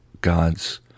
God's